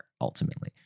ultimately